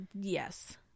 Yes